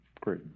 Great